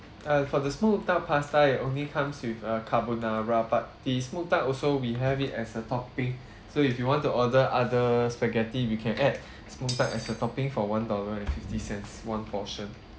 uh for the smoked duck pasta it only comes with uh carbonara but the smoked duck also we have it as a topping so if you want to order other spaghetti we can add smoked duck as a topping for one dollar and fifty cents one portion